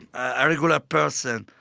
a regular person.